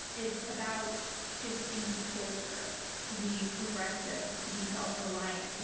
it's about shifting the culture to be progressive, to be self reliant. ah